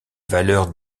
valeurs